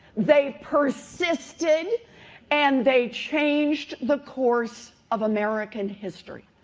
they persisted and they changed the course of american history.